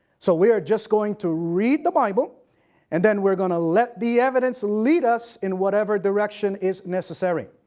so we are just going to read the bible and then we're going to let the evidence lead us in whatever direction is necessary.